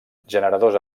generadors